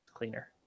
Cleaner